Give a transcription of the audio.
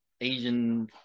Asian